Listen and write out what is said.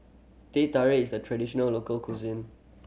Teh Tarik is a traditional local cuisine